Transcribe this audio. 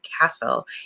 castle